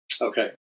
Okay